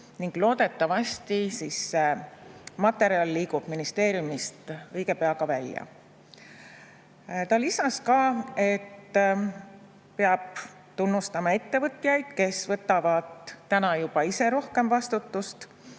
ning loodetavasti materjal liigub ministeeriumist õige pea välja. Ta lisas ka, et peab tunnustama ettevõtjaid, kes võtavad juba ise rohkem vastutust,